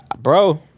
Bro